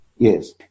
Yes